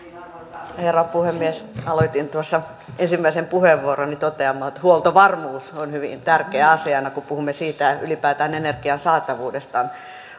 arvoisa herra puhemies aloitin ensimmäisen puheenvuoroni toteamalla että huoltovarmuus on hyvin tärkeä asiana kun puhumme ylipäätään energian saatavuudesta